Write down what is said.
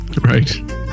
Right